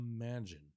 imagine